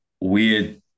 weird